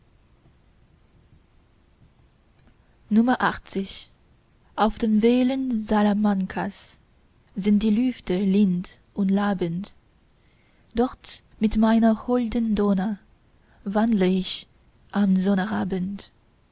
auf den wällen salamankas sind die lüfte lind und labend dort mit meiner holden donna wandle ich am